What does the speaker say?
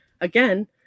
again